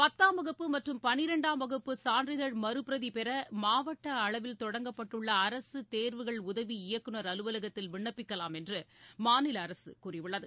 பத்தாம் வகுப்பு மற்றும் பன்னிரெண்டாம் வகுப்பு சான்றிதழ் மறுபிரதி பெற மாவட்ட அளவில் தொடங்கப்பட்டுள்ள அரசு தேர்வுகள் உதவி இயகுநர் அலுவலகத்தில் விண்ணப்பிக்கலாம் என்று மாநில அரசு கூறியுள்ளது